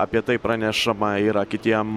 apie tai pranešama yra kitiem